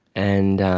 and